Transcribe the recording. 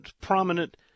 prominent